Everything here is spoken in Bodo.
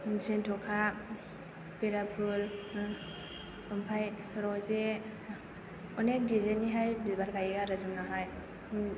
जेन्थ'खा बेरा फुल ओमफ्राय रजे अनेक दिजाइन निहाय बिबार गायो आरो जोंनावहाय